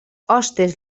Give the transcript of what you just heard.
hostes